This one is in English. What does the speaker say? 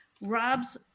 Rob's